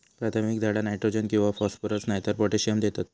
प्राथमिक झाडा नायट्रोजन किंवा फॉस्फरस नायतर पोटॅशियम देतत